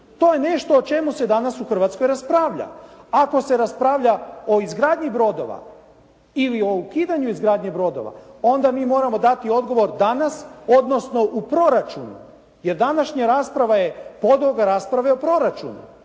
To je nešto o čemu se danas u Hrvatskoj raspravlja. Ako se raspravlja o izgradnji brodova ili o ukidanju izgradnje brodova onda mi moramo dati odgovor danas, odnosno u proračunu jer današnja rasprava je podloga rasprave o proračunu.